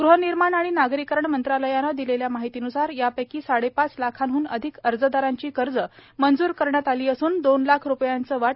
ग़हनिर्माण आणि नागरीकरण मंत्रालयाने दिलेल्या माहितीन्सार या पैकी साडे पाच लाखांहन अधिक अर्जदारांची कर्जे मंजूर करण्यात आली असून दोन लाख रुपयांचे वाटप करण्यात आले आहे